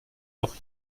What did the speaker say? noch